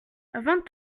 vingt